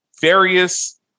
various